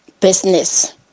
business